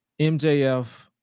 MJF